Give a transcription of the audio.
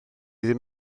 ddim